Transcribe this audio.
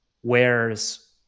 Whereas